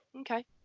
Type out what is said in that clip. Okay